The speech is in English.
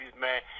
man